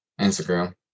Instagram